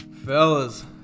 Fellas